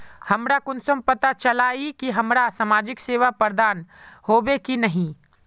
हमरा कुंसम पता चला इ की हमरा समाजिक सेवा प्रदान होबे की नहीं?